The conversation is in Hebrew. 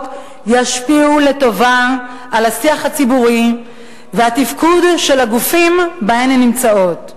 ישפיע לטובה על השיח הציבורי ועל התפקוד של הגופים שבהם הן נמצאות.